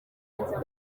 kwa